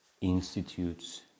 institutes